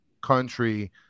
country